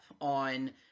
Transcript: on